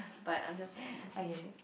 but I'm just like okay